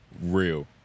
real